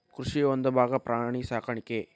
ಕೃಷಿಯ ಒಂದುಭಾಗಾ ಪ್ರಾಣಿ ಸಾಕಾಣಿಕೆ